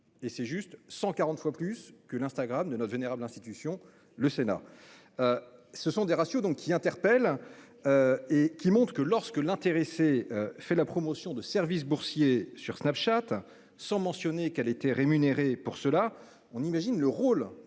et c'est juste 140 fois plus que l'Instagram de notre vénérable institution le Sénat. Ce sont des ratios donc qui interpelle. Et qui monte que lorsque l'intéressé fait la promotion de services boursiers sur Snapchat, sans mentionner qu'elle était rémunérée pour cela. On imagine le rôle